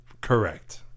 Correct